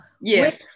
Yes